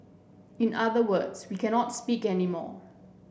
in other words we cannot speak anymore